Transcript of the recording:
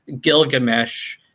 Gilgamesh